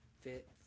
fit